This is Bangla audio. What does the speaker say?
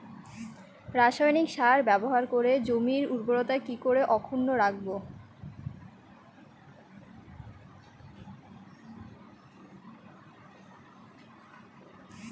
রাসায়নিক সার ব্যবহার করে জমির উর্বরতা কি করে অক্ষুণ্ন রাখবো